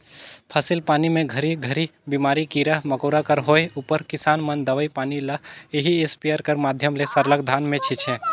फसिल पानी मे घरी घरी बेमारी, कीरा मकोरा कर होए उपर किसान मन दवई पानी ल एही इस्पेयर कर माध्यम ले सरलग धान मे छीचे